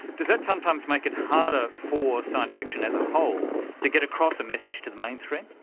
does that sometimes make it harder for science fiction as a whole to get across a message to the mainstream?